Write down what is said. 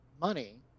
money